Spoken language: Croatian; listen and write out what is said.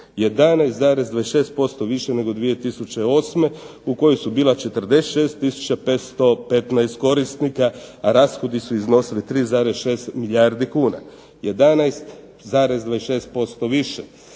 11,26% više nego 2008. u kojoj su bila 46515 korisnika, a rashodi su iznosili 3,6 milijardi kuna. 11,26% više